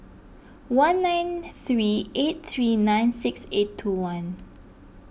one nine three eight three nine six eight two one